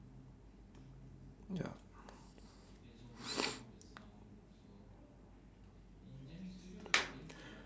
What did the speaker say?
ya